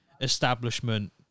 establishment